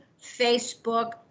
Facebook